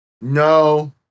No